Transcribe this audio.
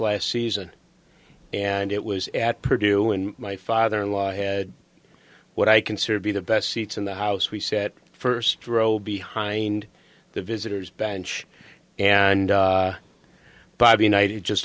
last season and it was at purdue and my father in law had what i consider to be the best seats in the house we set first row behind the visitor's bange and bobby knight had just